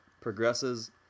progresses